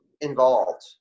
involved